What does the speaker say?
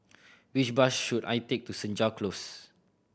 which bus should I take to Senja Close